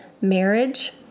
marriage